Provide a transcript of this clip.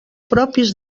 propis